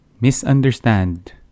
misunderstand